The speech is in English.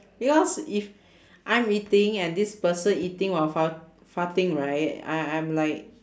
because if I'm eating and this person eating while fart~ farting right I'm I'm like